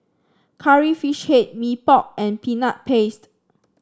Curry Fish Head Mee Pok and Peanut Paste